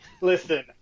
Listen